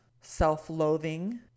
self-loathing